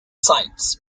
sites